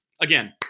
again